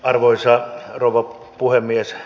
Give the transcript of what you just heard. arvoisa rouva puhemies